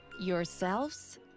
Yourselves